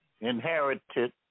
inherited